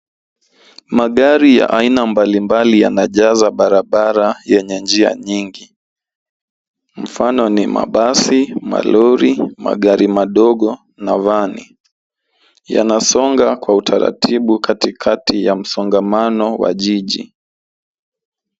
Magari ya aina mbalimbali yako barabara yenye njia nyingi. Mfano ni mabasi, malori, magari madogo na vani. Yanasonga kwa utaratibu katikati ya msongamano wa jiji.